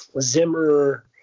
zimmer